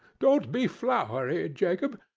don't be flowery, jacob!